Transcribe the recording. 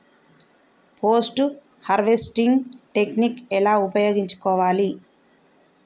Post harvesting technique ఎలా ఉపయోగించుకోవాలి?